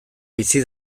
bizi